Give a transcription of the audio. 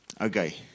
Okay